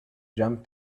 jump